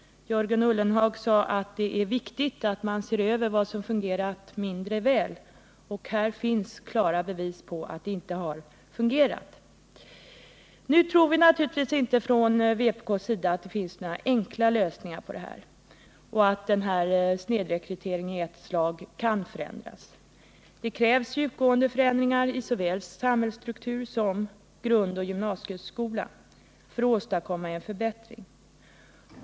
Jörgen Ullenhag sade att det är viktigt att man ser över vad som har fungerat mindre väl — och här finns klara bevis på att det inte har fungerat. Nu tror vi naturligtvis inte från vpk:s sida att det finns några enkla lösningar på detta problem och att denna snedrekrytering i ett slag kan förändras. Det krävs djupgående förändringar i såväl samhällsstruktur som grundoch gymnasieskola för att åstadkomma en förbättring.